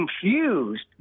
confused